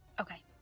Okay